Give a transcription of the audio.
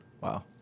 Wow